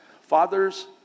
Fathers